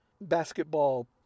basketball